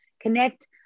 connect